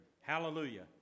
hallelujah